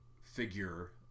figure